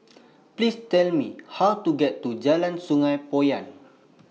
Please Tell Me How to get to Jalan Sungei Poyan